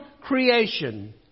creation